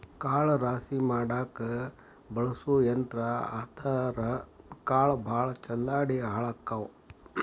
ಕಾಳ ರಾಶಿ ಮಾಡಾಕ ಬಳಸು ಯಂತ್ರಾ ಆದರಾ ಕಾಳ ಭಾಳ ಚಲ್ಲಾಡಿ ಹಾಳಕ್ಕಾವ